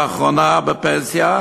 לאחרונה, בפנסיה,